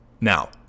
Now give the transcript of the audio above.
Now